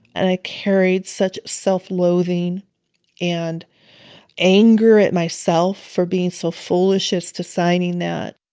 and i carried such self-loathing and anger at myself for being so foolish as to signing that.